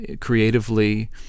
creatively